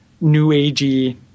new-agey